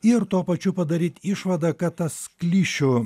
ir tuo pačiu padaryt išvadą kad tas klišių